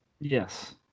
Yes